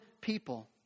people